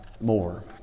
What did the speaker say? more